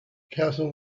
castle